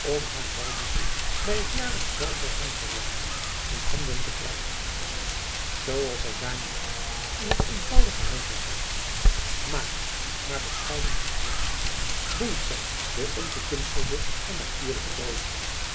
om haar balboekje bij t jaarlijksch bal der zangvereeniging in handen te krijgen zooals zij daar nu zit in t eenvoudige huisjaponnetje smaakvol maar bescheiden gekleed boeit zij door ongekunstelde en natuurlijke vroolijkheid